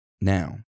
now